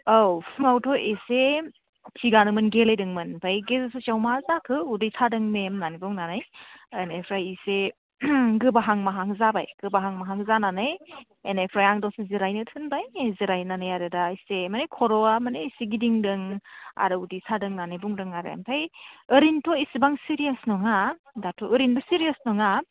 औ फुंआवथ' एसे थिगानोमोन गेलेदोंमोन ओमफ्राय गेजेर ससेआव मा जाखो उदै सादों मेम होन्नानै बुंनानै बेनिफ्राय एसे गोबाहां माहां जाबाय गोबाहां माहां जानानै बेनिफ्राय आं दसे जिरायनो थिनबाय जिरायनानै आरो दा एसे माने खर'आ माने एसे गिदिंदों आरो उदै सादों होन्नानै बुंदों आरो ओमफ्राय ओरैनोथ' एसेबां सिरियास नङा दाथ' ओरैनोबो सिरियास नङा